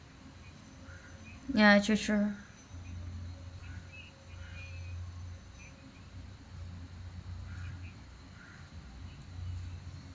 ya true true